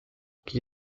qui